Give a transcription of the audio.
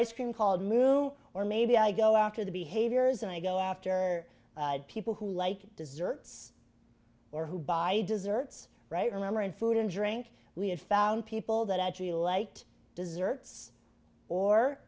ice cream called moon or maybe i go out to the behaviors and i go after people who like desserts or who buy desserts right remember in food and drink we had found people that actually liked desserts or